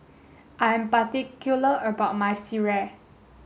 I am particular about my sireh